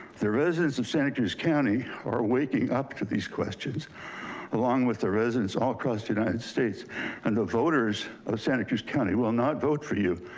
the residents of santa cruz county are waking up to these questions along with the residents all across united states and the voters of santa cruz county will not vote for you